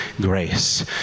grace